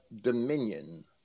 dominion